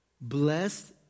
blessed